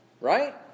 right